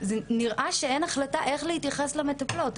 זה נראה שאין החלטה איך להתייחס למטפלות.